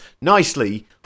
nicely